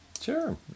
Sure